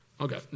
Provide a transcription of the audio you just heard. Okay